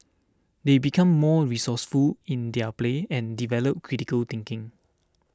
they become more resourceful in their play and develop critical thinking